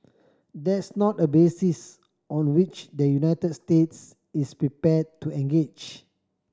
that's not a basis on which the United States is prepared to engage